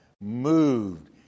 moved